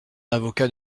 avocat